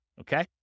Okay